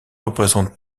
représente